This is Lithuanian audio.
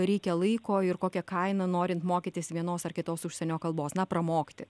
reikia laiko ir kokia kaina norint mokytis vienos ar kitos užsienio kalbos na pramokti